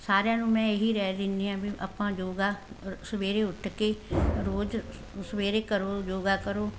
ਸਾਰਿਆਂ ਨੂੰ ਮੈਂ ਇਹੀ ਰਾਏ ਦਿੰਦੀ ਹਾਂ ਵੀ ਆਪਾਂ ਯੋਗਾ ਸਵੇਰੇ ਉੱਠ ਕੇ ਰੋਜ਼ ਸਵੇਰੇ ਕਰੋ ਯੋਗਾ ਕਰੋ